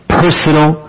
personal